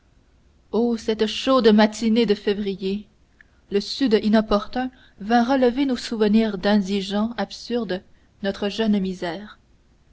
o cette chaude matinée de février le sud inopportun vint relever nos souvenirs d'indigents absurdes notre jeune misère